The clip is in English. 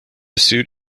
suit